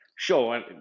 Sure